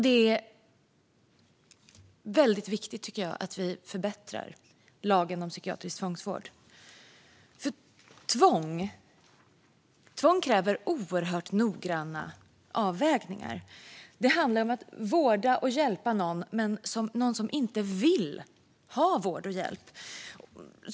Det är mycket viktigt att vi förbättrar lagen om psykiatrisk tvångsvård. Tvång kräver oerhört noggranna avvägningar. Det handlar om att vårda och hjälpa någon som inte vill ha vård och hjälp.